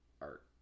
art